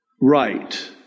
right